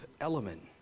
element